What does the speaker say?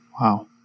Wow